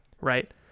Right